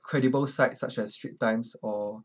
credible sites such as straits times or